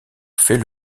fait